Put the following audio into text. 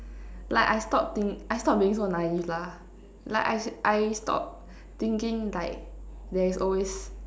like I stop think I stop being so naive lah like I I stop thinking like there's always